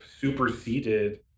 superseded